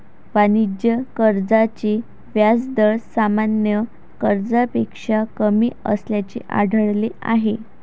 वाणिज्य कर्जाचे व्याज दर सामान्य कर्जापेक्षा कमी असल्याचे आढळले आहे